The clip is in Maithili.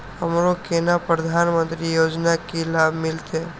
हमरो केना प्रधानमंत्री योजना की लाभ मिलते?